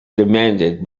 demanded